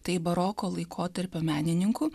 tai baroko laikotarpio menininku